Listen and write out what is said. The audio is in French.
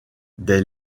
des